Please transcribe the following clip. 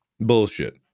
Bullshit